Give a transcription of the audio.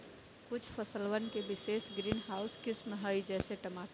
कुछ फसलवन के विशेष ग्रीनहाउस किस्म हई, जैसे टमाटर